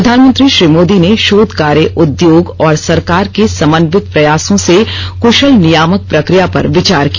प्रधानमंत्री श्री मोदी ने शोधकार्य उद्योग और सरकार के समन्वित प्रयासों से कुशल नियामक प्रक्रिया पर विचार किया